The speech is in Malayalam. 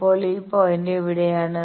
അപ്പോൾ ഈ പോയിന്റ് എവിടെയാണ്